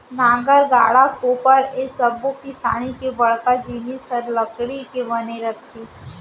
नांगर, गाड़ा, कोपर ए सब्बो किसानी के बड़का जिनिस हर लकड़ी के बने रथे